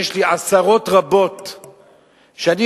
יש לי עשרות רבות שאני,